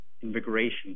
invigoration